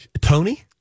Tony